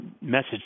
message